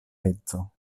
edzo